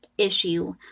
issue